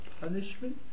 punishment